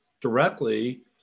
directly